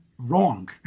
wrong